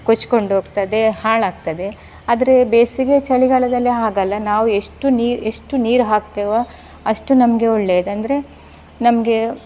ಕೊಚ್ಕೊಂಡು ಹೋಗ್ತದೆ ಹಾಳಾಗ್ತದೆ ಆದರೆ ಬೇಸಿಗೆ ಚಳಿಗಾಲದಲ್ಲಿ ಹಾಗಲ್ಲ ನಾವು ಎಷ್ಟು ನೀರು ಎಷ್ಟು ನೀರು ಹಾಕ್ತೇವೋ ಅಷ್ಟು ನಮಗೆ ಒಳ್ಳೆಯದು ಅಂದರೆ ನಮಗೆ